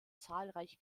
zahlreiche